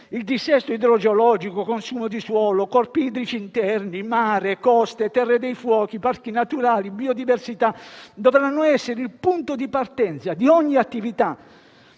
Il dissesto idrogeologico, il consumo di suolo, i corpi idrici interni, il mare, le coste, le terre dei fuochi, i parchi naturali e la biodiversità dovranno essere il punto di partenza di ogni attività.